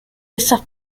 esas